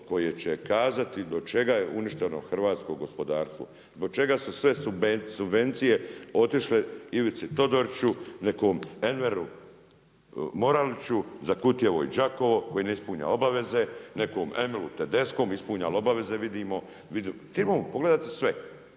koje će kazati zbog čega je uništeno hrvatsko gospodarstvo. Zbog čega su sve subvencije otišle Ivicu Todoriću, nekom Enveru Moraliću, za Kutjevo i Đakovo, koji ne ispunjava obaveze, nekom Emilu Tedeschkom, ispunjavali obaveze vidimo, trebali pogledati sve,